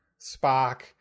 Spock